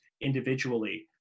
individually